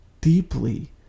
deeply